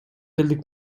элдик